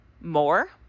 more